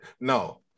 No